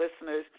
listeners